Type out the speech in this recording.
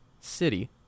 City